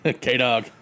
K-Dog